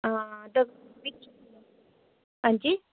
हां ते दिक्ख हां जी